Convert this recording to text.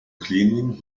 cleaning